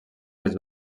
les